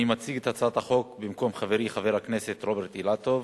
אני מציג את הצעת החוק במקום חברי חבר הכנסת רוברט אילטוב.